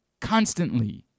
Constantly